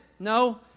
No